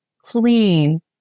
clean